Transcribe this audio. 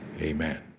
Amen